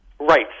Right